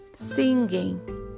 Singing